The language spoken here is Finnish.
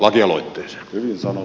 arvoisa puhemies